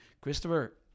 Christopher